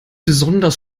besonders